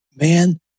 Man